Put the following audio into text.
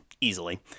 easily